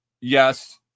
yes